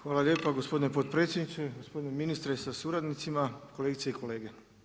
Hvala lijepa gospodine potpredsjedniče, gospodine ministre sa suradnicima, kolegice i kolege.